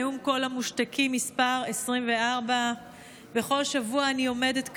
נאום קול המושתקים מס' 24. בכל שבוע אני עומדת כאן,